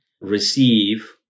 receive